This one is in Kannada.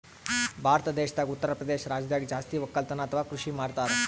ಭಾರತ್ ದೇಶದಾಗ್ ಉತ್ತರಪ್ರದೇಶ್ ರಾಜ್ಯದಾಗ್ ಜಾಸ್ತಿ ವಕ್ಕಲತನ್ ಅಥವಾ ಕೃಷಿ ಮಾಡ್ತರ್